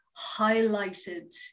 highlighted